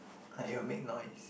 I will make noise